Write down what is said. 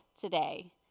today